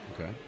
Okay